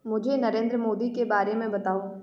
मुझे नरेंद्र मोदी के बारे में बताओ